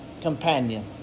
companion